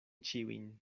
ĉiujn